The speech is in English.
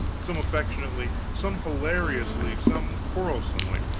some affectionately, some hilariously, some quarrelsomely,